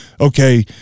Okay